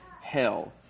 hell